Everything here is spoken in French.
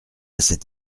cet